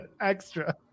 extra